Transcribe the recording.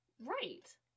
Right